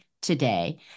today